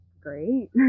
great